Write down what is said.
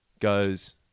goes